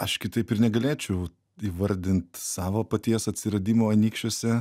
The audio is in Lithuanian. aš kitaip ir negalėčiau įvardint savo paties atsiradimo anykščiuose